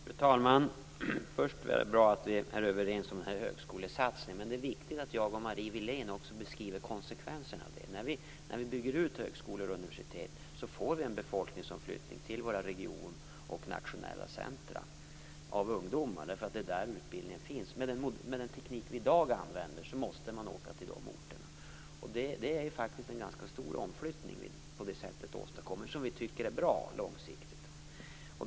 Fru talman! Det är bra att vi är överens om högskolesatsningen. Men det är också viktigt att Marie Wilén och jag beskriver konsekvenserna av det. När vi bygger ut högskolor och universitet får vi en befolkningsomflyttning av ungdomar till våra regionala och nationella centrum. Det är där utbildningen finns. Med den teknik vi i dag använder måste man åka till de orterna. Det är faktiskt en ganska stor omflyttning som vi på det sättet åstadkommer och som vi tycker långsiktigt är bra.